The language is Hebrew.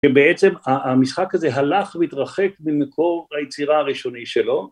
‫ובעצם המשחק הזה הלך והתרחק ‫ממקור היצירה הראשונית שלו.